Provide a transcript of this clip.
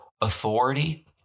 authority